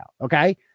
Okay